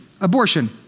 Abortion